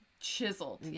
chiseled